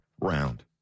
round